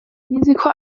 risiko